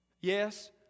Yes